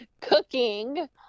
cooking